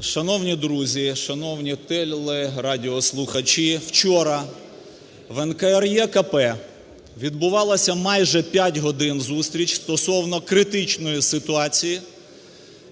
Шановні друзі, шановні телерадіослухачі, вчора в НКРЕКП відбувалася майже 5 годин зустріч стосовно критичної ситуації